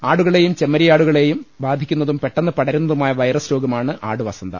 ആടുകളെയും ചെമ്മരിയാടുകളെയും ബാധിക്കുന്നതും പെട്ടെന്ന് പടരുന്നതുമായ വൈറസ് രോഗമാണ് ആടുവസന്ത